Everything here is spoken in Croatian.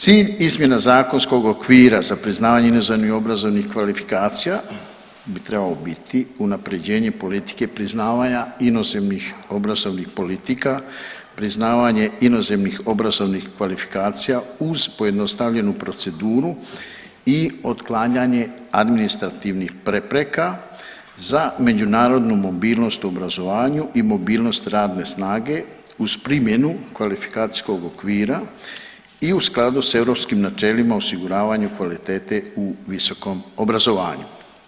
Cilj izmjena zakonskog okvira za priznavanje inozemnih obrazovnih kvalifikacija bi trebao biti unapređenje politike priznavanja inozemnih obrazovnih politika, priznavanje inozemnih obrazovnih kvalifikacija uz pojednostavljenu proceduru i otklanjanje administrativnih prepreka za međunarodnu mobilnost u obrazovanju i mobilnost radne snage uz primjenu kvalifikacijskog okvira i u skladu s europskim načelima o osiguravanju kvalitete u visokom obrazovanju.